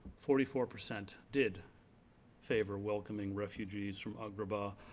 forty four percent did favor welcoming refugees from agrabah.